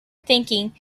thinking